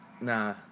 Nah